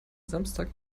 samstag